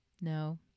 No